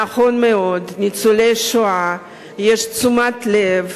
נכון מאוד, לניצולי שואה יש תשומת לב,